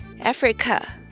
Africa